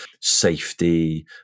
safety